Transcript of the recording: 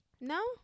No